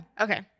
Okay